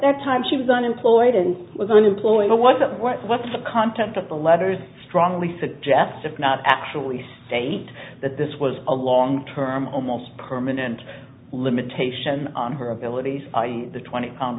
that time she was unemployed and was an employer wasn't what what's the content of the letters strongly suggest if not actually state that this was a long term almost permanent limitation on her abilities the twenty